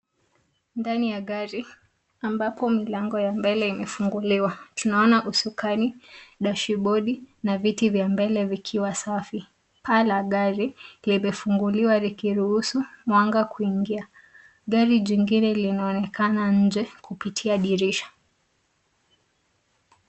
Ndani ya gari ambapo milango ya mbele imefunguliwa tunaona usukani, dashibordi na viti vya mbele vikiwa safi paa la gari limefunguliwa likiruhusu mwanga kuingia gari jingine linaonekana nje kupitia dirisha.